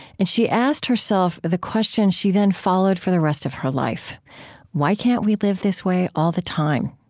and she asked herself the question she then followed for the rest of her life why can't we live this way all the time?